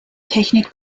technik